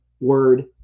word